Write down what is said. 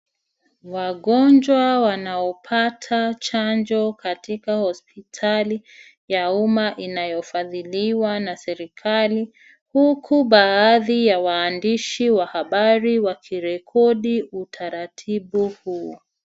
Wagonjwa wanaopata chanjo katika hospitali ya umma inayofadhiliwa na serikali huku baadhi ya waandishi wa habari wakirekodi utaratibu huu.